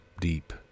deep